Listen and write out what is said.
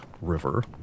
river